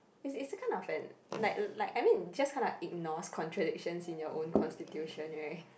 is is a kind of an like like I mean just kind of ignores contradiction with your own constitution [right]